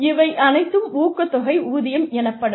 இவை அனைத்தும் ஊக்கத்தொகை ஊதியம் எனப்படும்